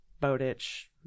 Bowditch